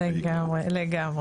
לגמרי.